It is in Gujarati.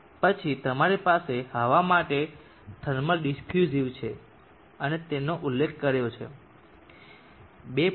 પછી તમારી પાસે હવા માટે થર્મલ ડીફ્યુસીવ છે અને તેનો ઉલ્લેખ કર્યો છે 2